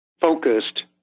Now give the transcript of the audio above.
focused